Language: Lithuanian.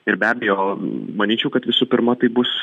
ir be abejo manyčiau kad visų pirma tai bus